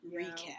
recap